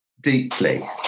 deeply